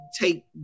take